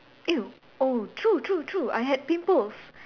oh true true true I had pimples